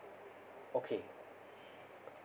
okay